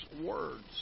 words